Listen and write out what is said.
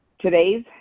Today's